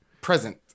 present